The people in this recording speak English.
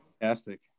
fantastic